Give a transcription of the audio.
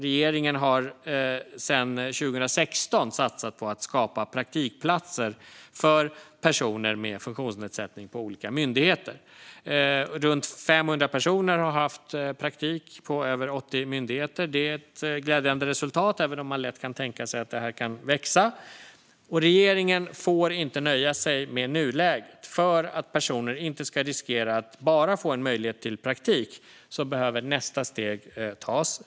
Regeringen har sedan 2016 satsat på att skapa praktikplatser på olika myndigheter för personer med funktionsnedsättning. Runt 500 personer har haft praktik på över 80 myndigheter. Det är ett glädjande resultat, även om man lätt kan tänka sig att detta kan växa. Regeringen får inte nöja sig med nuläget. För att personer inte ska riskera att bara få en möjlighet till praktik behöver nästa steg tas.